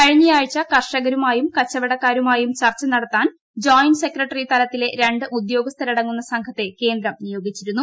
കഴിഞ്ഞ ആഴ്ച കർഷകരുമായും കച്ചവടക്കാരുമായും ചർച്ച നടത്താൻ ജോയിന്റ് സെക്രട്ടറി തലത്തിലെ രണ്ട് ഉദ്യോഗസ്ഥരട ങ്ങുന്ന സംഘത്തെ കേന്ദ്രം നിയോഗിച്ചിരുന്നു